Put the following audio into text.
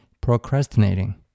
procrastinating